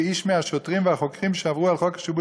ואיש מהשוטרים והחוקרים שעברו על החוק בשיבוש